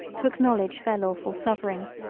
to acknowledge their lawful sovereign.